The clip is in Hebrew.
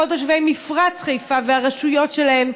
כל תושבי מפרץ חיפה והרשויות שלהם,